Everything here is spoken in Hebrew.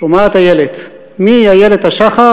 איילת השחר